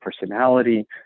personality